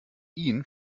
ihn